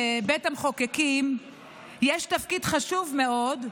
לבית המחוקקים יש תפקיד חשוב מאוד,